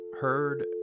heard